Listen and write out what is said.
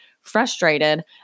frustrated